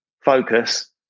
focus